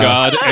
God